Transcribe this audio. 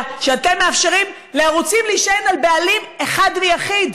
אתם מאפשרים לערוצים להישען על בעלים אחד ויחיד,